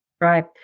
Right